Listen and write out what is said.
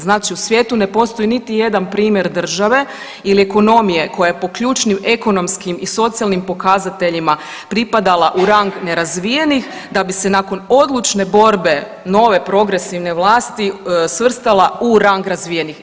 Znači u svijetu ne postoji niti jedan primjer države ili ekonomije koja je po ključnim ekonomskim i socijalnim pokazateljima pripadala u rang nerazvijenih, da bi se nakon odlučne borbe nove progresivne vlasti svrstala u rang razvijenih.